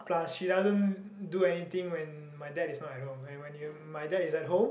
plus she doesn't do anything when my dad is not at home and when my dad is at home